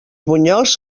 bunyols